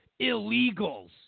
Illegals